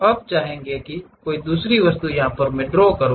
अब आप चाहेंगे कोई दूसरी वस्तु ड्रॉ करना